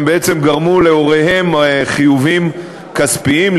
הם בעצם גרמו להוריהם חיובים כספיים,